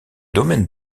domaine